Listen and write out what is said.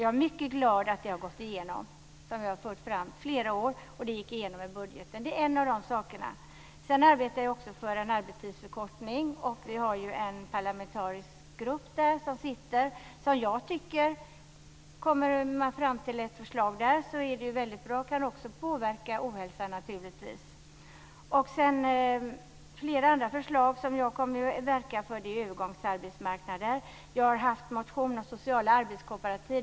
Jag är mycket glad över att detta har gått igenom. Vi har fört fram det i flera år, och det gick igenom i budgeten. Det är en av de här sakerna. Jag arbetar också för en arbetstidsförkortning. Vi har en parlamentarisk grupp som sitter. Om den kan komma fram till ett förslag så är det väldigt bra och kan naturligtvis också påverka ohälsan. Det finns också flera andra förslag som jag kommer att verka för. Det gäller t.ex. övergångsarbetsmarknader. Jag har väckt motioner om sociala arbetskooperativ.